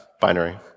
binary